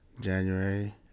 January